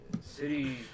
City